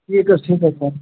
ٹھیٖک حظ ٹھیٖک حظ چُھ سَر